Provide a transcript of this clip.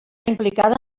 implicada